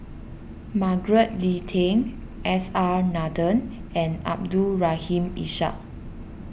Margaret Leng Tan S R Nathan and Abdul Rahim Ishak